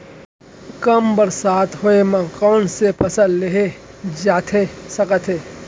कम बरसात होए मा कौन से फसल लेहे जाथे सकत हे?